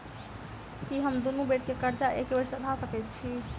की हम दुनू बेर केँ कर्जा एके बेर सधा सकैत छी?